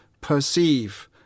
perceive